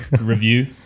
review